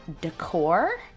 decor